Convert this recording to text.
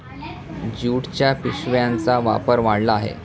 ज्यूटच्या पिशव्यांचा वापर वाढला आहे